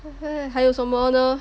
!hais! 还有什么呢